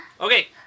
Okay